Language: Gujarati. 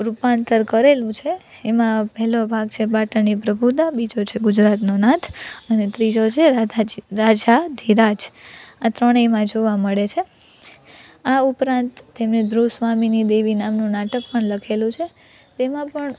રૂપાંતર કરેલું છે એમાં પહેલો ભાગ છે પાટણની પ્રભુતા બીજો છે ગુજરાતનો નાથ અને ત્રીજો છે રાધાજી રાજાધિરાજ આ ત્રણેયમાં જોવા મળે છે આ ઉપરાંત તેમણે ધ્રુવ સ્વામીની દેવી નામનું નાટક પણ લખેલું છે તેમાં પણ